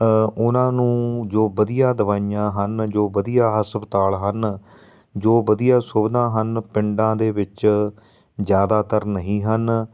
ਉਹਨਾਂ ਨੂੰ ਜੋ ਵਧੀਆ ਦਵਾਈਆਂ ਹਨ ਜੋ ਵਧੀਆ ਹਸਪਤਾਲ ਹਨ ਜੋ ਵਧੀਆ ਸੁਵਿਧਾ ਹਨ ਪਿੰਡਾਂ ਦੇ ਵਿੱਚ ਜ਼ਿਆਦਾਤਰ ਨਹੀਂ ਹਨ